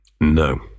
no